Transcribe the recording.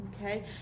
Okay